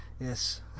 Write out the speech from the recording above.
yes